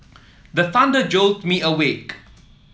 the thunder jolt me awake